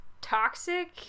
toxic